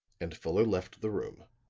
and fuller left the room.